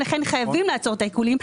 לכן חייבים לעצור את העיקולים.